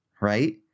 Right